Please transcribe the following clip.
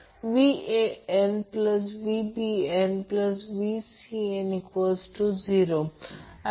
तर आता आकृती 2 मध्ये दाखविलेल्या सर्किटमध्ये आणखी एक गोष्ट ही आहे